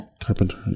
Carpenter